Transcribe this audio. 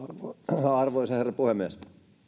arvoisa herra puhemies